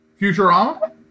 Futurama